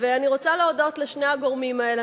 ואני רוצה להודות לשני הגורמים האלה.